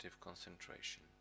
concentration